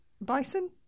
Bison